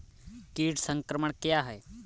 कीट संक्रमण क्या है?